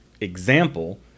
example